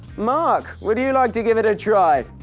mark, would you like to give it a try?